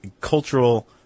cultural